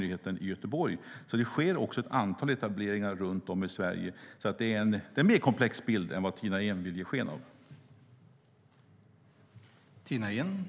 Det sker alltså ett antal etableringar runt om i Sverige, så det är en mer komplex bild än vad Tina Ehn vill ge sken av.